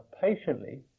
patiently